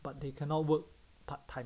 but they cannot work part time